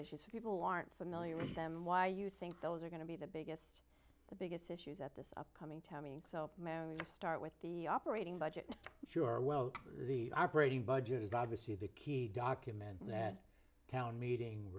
issues for people aren't familiar with them why you think those are going to be the biggest the biggest issues at this upcoming timing so start with the operating budget sure well the operating budget is obviously the key document that town meeting